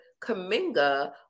Kaminga